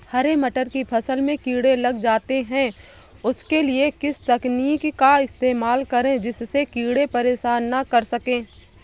हरे मटर की फसल में कीड़े लग जाते हैं उसके लिए किस तकनीक का इस्तेमाल करें जिससे कीड़े परेशान ना कर सके?